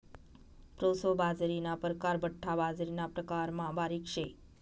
proso बाजरीना परकार बठ्ठा बाजरीना प्रकारमा बारीक शे